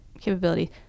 capability